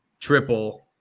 triple